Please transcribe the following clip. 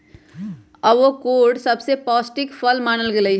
avocado सबसे पौष्टिक फल मानल गेलई ह